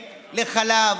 לחלב,